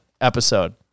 episode